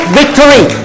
victory